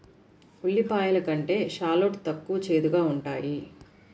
ఉల్లిపాయలు కంటే షాలోట్ తక్కువ చేదుగా ఉంటాయి